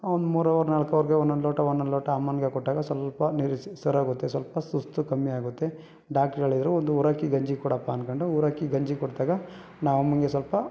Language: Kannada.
ಮೂರು ಅವರ್ ನಾಲ್ಕು ಅವರ್ಗೆ ಒಂದೊಂದು ಲೋಟ ಒಂದೊಂದು ಲೋಟ ಅಮ್ಮನಿಗೆ ಕೊಟ್ಟಾಗ ಸ್ವಲ್ಪ ಹುಷಾರಾಗುತ್ತೆ ಸ್ವಲ್ಪ ಸುಸ್ತು ಕಮ್ಮಿ ಆಗುತ್ತೆ ಡಾಕ್ಟ್ರ್ ಹೇಳಿದರು ಒಂದು ಊರಕ್ಕಿ ಗಂಜಿ ಕೊಡಪ್ಪಾ ಅಂದ್ಕೊಂಡು ಊರಕ್ಕಿ ಗಂಜಿ ಕುಡಿದಾಗ ನಮ್ಮಮ್ಮಂಗೆ ಸ್ವಲ್ಪ